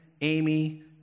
Amy